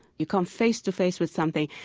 you come face to face with something.